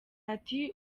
ati